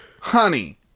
honey